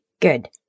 Good